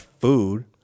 food